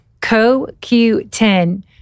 CoQ10